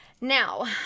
Now